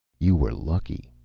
you were lucky,